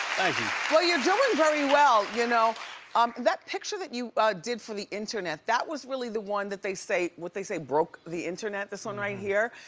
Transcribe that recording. you. well, you're doing very well. you know um that picture that you did for the internet, that was really the one that they say, what'd they say? broke the internet, this one right here,